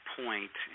point